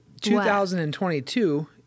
2022